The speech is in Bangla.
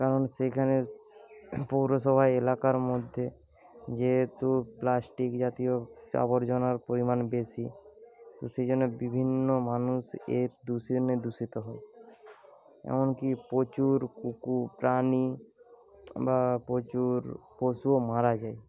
কারণ সেখানে পৌরসভা এলাকার মধ্যে যেহেতু প্লাস্টিক জাতীয় আবর্জনার পরিমাণ বেশি সেই জন্য বিভিন্ন মানুষ এর দূষণে দূষিত এমনকি প্রচুর পুকুর প্রাণী বা প্রচুর পশু মারা যায়